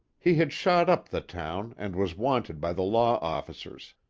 he had shot up the town, and was wanted by the law officers.